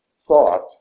thought